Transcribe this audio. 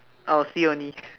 I will see only